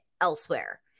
elsewhere